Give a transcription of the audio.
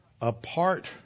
apart